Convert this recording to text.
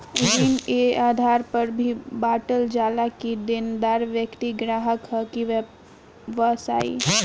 ऋण ए आधार पर भी बॉटल जाला कि देनदार व्यक्ति ग्राहक ह कि व्यवसायी